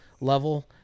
level